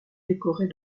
décorée